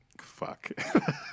Fuck